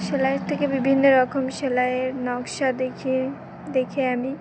সেলাইয়ের থেকে বিভিন্ন রকম সেলাইয়ের নকশা দেখিয়ে দেখে আমি